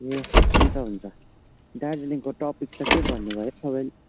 ए हुन्छ हुन्छ दार्जिलिङको टपिक त के भन्नुभयो